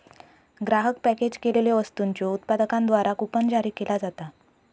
ग्राहक पॅकेज केलेल्यो वस्तूंच्यो उत्पादकांद्वारा कूपन जारी केला जाता